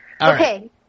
okay